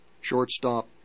shortstop